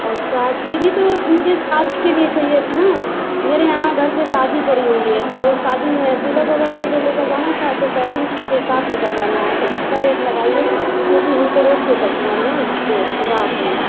अच्छा दीदी तो मुझे शादी के लिए चाहिए था ना मेरे यहाँ घर पर शादी पड़ी हुई है तो उस शादी में तिलक वगैरह के लिए लेकर जाना था तो पैकिंग के साथ लेकर जाना है तो अच्छा रेट लगाइए क्यूँकि हम तो रोज़ के कस्टमर हैं ना आपके ग्राहक हैं